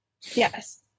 yes